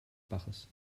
baches